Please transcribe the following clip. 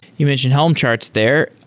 you mentioned helm charts there.